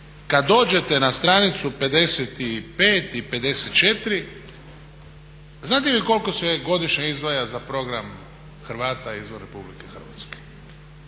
kad dođete na stranicu 55 i 54, znate vi koliko se godišnje izdvaja za program Hrvata izvan RH?